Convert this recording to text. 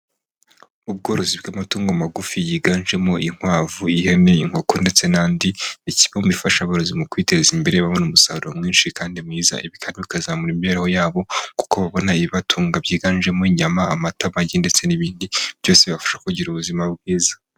Ubworozi bw'amatungo magufi yiganjemo inkwavu, ihene, inkoko ndetse n'andi ni kimwe mu bifasha aborozi mu kwiteza imbere babona umusaruro mwinshi kandi mwiza, ibi kandi bikazamura imibereho yabo kuko babona ibibatunga byiganjemo inyama, amata, amagi ndetse n'ibindi, byose bibafasha kugira ubuzima bwiza.